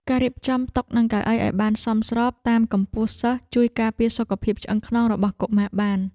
ការរៀបចំតុនិងកៅអីឱ្យសមស្របតាមកម្ពស់សិស្សជួយការពារសុខភាពឆ្អឹងខ្នងរបស់កុមារបាន។